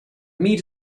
meat